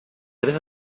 tres